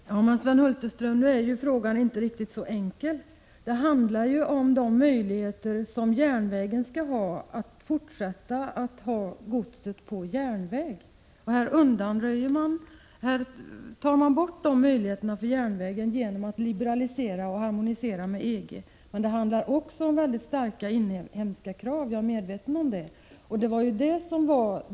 Fru talman! Men, Sven Hulterström, nu är ju inte frågan riktigt så enkel. Det handlar ju om de möjligheter som järnvägen skall ha att även i fortsättningen transportera gods. Här berövar man järnvägen dessa möjligheter i och med att man liberaliserar och harmoniserar i samarbete med EG. Jag är också medveten om att det rör sig om mycket starka inhemska krav.